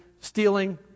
Stealing